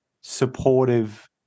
supportive